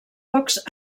pocs